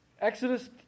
Exodus